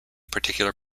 particular